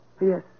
Yes